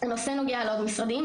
הנושא נוגע לעוד משרדים,